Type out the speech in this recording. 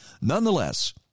nonetheless